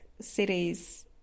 cities